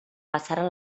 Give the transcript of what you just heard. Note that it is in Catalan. passaren